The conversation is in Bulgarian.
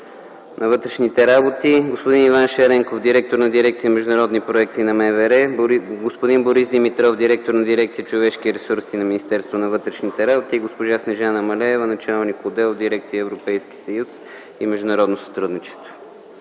на вътрешните работи, господин Иван Шаренков – директор на дирекция „Международни проекти” на МВР, господин Борис Димитров – директор на дирекция „Човешки ресурси” в МВР, и госпожа Снежана Малеева – началник отдел в дирекция „Европейски съюз и международно сътрудничество”.